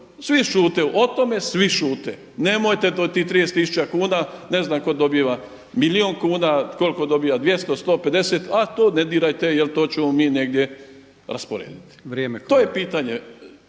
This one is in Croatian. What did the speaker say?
svi šute o tome. Nemojte do tih 30 tisuća kuna, ne znam tko dobiva milijun kuna, koliko dobiva 200, 150, a to ne dirajte jer to ćemo mi negdje rasporediti. … /Upadica